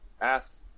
ass